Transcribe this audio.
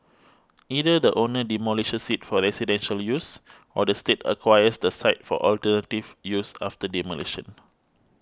either the owner demolishes it for residential use or the State acquires the site for alternative use after demolition